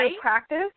practice